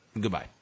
Goodbye